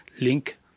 link